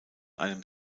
einem